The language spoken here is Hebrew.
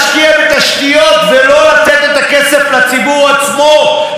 השכילו לתת לשאול אלוביץ' מתנה.